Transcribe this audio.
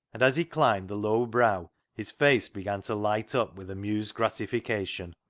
and as he climbed the low brow his face began to light up with amused gratification,